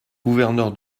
gouverneur